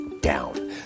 down